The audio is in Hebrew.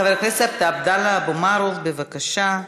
חבר הכנסת עבדאללה אבו מערוף, בבקשה,